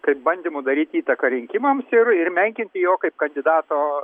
kaip bandymu daryti įtaką rinkimams ir ir menkinti jo kaip kandidato